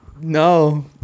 no